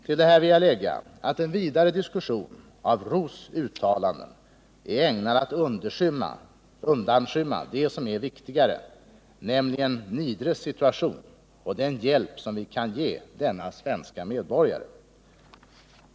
Till det här vill jag lägga att en vidare diskussion av Ros uttalanden är ägnad att undanskymma det som är viktigare, nämligen Niedres situation och den hjälp som vi kan ge denne svenske medborgare.